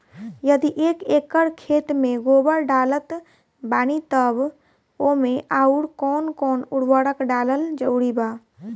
यदि एक एकर खेत मे गोबर डालत बानी तब ओमे आउर् कौन कौन उर्वरक डालल जरूरी बा?